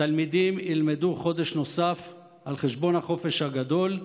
התלמידים ילמדו חודש נוסף על חשבון החופש הגדול,